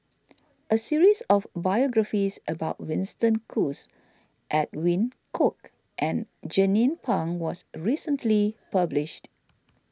a series of biographies about Winston Choos Edwin Koek and Jernnine Pang was recently published